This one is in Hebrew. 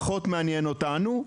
זה פחות מעניין אותנו,